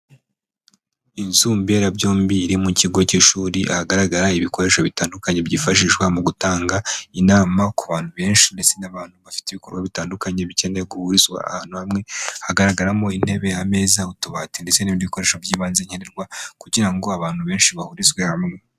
Inzu mberabyombi iri mu kigo cy'ishuri, ahagaragara ibikoresho bitandukanye byifashishwa mu gutanga inama ku bantu benshi, ndetse n'abantu bafite ibikorwa bitandukanye bikenewe guhurizwa ahantu hamwe. Hagaragaramo intebe, ameza, utubati ndetse n'ibikoresho by'ibanze nkenerwa, kugira ngo abantu benshi bahurizwe hamwe.